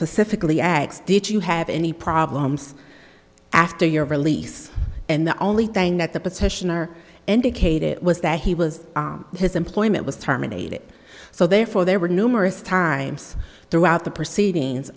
specifically x did you have any problems after your release and the only thing that the petitioner indicated it was that he was his employment was terminated so therefore there were numerous times throughout the proceedings